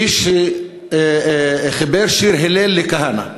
איש שחיבר שיר הלל לכהנא.